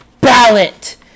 ballot